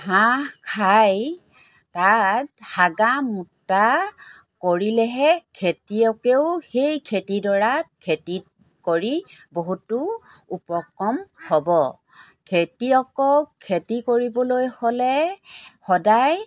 ঘাঁহ খাই তাত হগা মোতা কৰিলেহে খেতিয়কেও সেই খেতিডৰাত খেতি কৰি বহুতো উপক্ৰম হ'ব খেতিয়কক খেতি কৰিবলৈ হ'লে সদায়